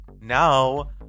now